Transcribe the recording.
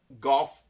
golf